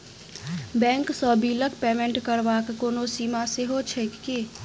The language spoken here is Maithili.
बैंक सँ बिलक पेमेन्ट करबाक कोनो सीमा सेहो छैक की?